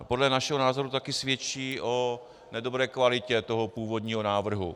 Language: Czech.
Podle našeho názoru to také svědčí o nedobré kvalitě původního návrhu.